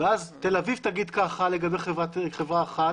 ואז תל אביב תחליט אחת לגבי חברה אחת,